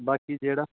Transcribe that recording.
ਬਾਕੀ ਜਿਹੜਾ